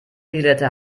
violette